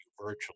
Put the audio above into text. virtually